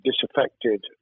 disaffected